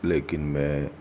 لیکن میں